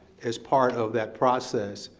as part of that process,